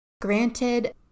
Granted